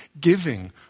giving